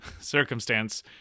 circumstance